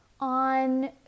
on